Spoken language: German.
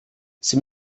sie